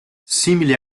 simili